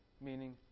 meaning